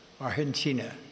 Argentina